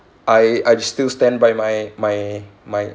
I I still stand by my my my